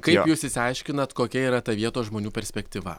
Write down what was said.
kaip jūs išsiaiškinat kokia yra ta vietos žmonių perspektyva